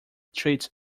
treats